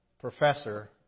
professor